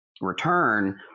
return